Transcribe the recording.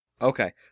Okay